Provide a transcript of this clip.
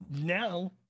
now